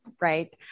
right